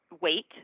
weight